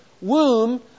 womb